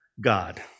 God